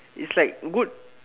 it's like good